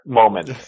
moment